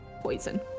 poison